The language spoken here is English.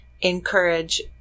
encourage